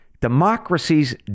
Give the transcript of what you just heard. democracies